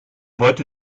wollte